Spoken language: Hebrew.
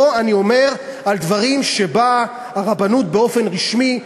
פה אני אומר על דברים שהרבנות באופן רשמי דורשת.